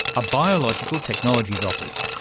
a biological technologies office.